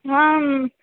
आम्